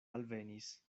alvenis